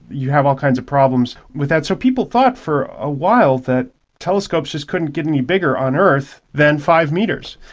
you have all kinds of problems with that. so people thought for a while that telescopes just couldn't get any bigger on earth than five metres.